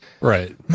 Right